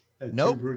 Nope